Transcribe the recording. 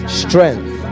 strength